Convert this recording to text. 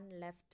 left